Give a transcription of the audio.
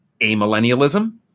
amillennialism